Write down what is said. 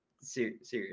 serious